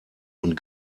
und